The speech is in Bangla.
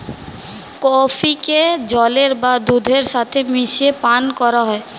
কফিকে জলের বা দুধের সাথে মিশিয়ে পান করা হয়